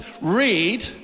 read